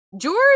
george